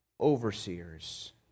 overseers